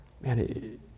Man